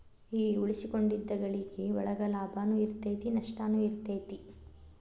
ಈ ಉಳಿಸಿಕೊಂಡಿದ್ದ್ ಗಳಿಕಿ ಒಳಗ ಲಾಭನೂ ಇರತೈತಿ ನಸ್ಟನು ಇರತೈತಿ